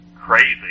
crazy